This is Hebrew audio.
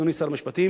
אדוני שר המשפטים,